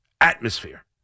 atmosphere